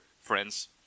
friends